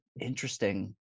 interesting